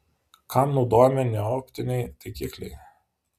kam naudojami neoptiniai taikikliai